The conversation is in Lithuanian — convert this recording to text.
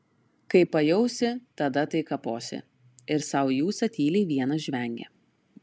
kai pajausi tada tai kaposi ir sau į ūsą tyliai vienas žvengia